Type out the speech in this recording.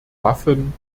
waffen